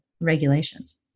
regulations